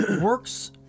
works